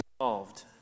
involved